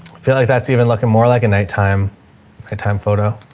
feel like that's even looking more like a nighttime nighttime photo.